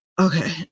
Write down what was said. okay